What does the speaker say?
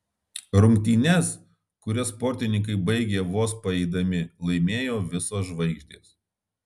rungtynes kurias sportininkai baigė vos paeidami laimėjo visos žvaigždės